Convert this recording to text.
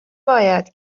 باید